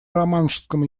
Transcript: романшском